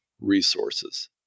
resources